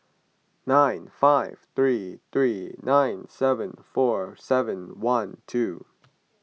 nine five three three nine seven four seven one two